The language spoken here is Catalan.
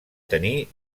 tenir